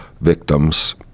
victims